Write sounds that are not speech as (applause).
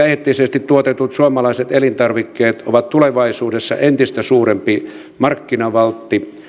(unintelligible) eettisesti tuotetut suomalaiset elintarvikkeet ovat tulevaisuudessa entistä suurempi markkinavaltti